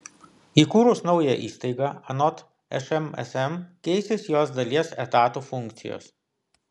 įkūrus naują įstaigą anot šmsm keisis jos dalies etatų funkcijos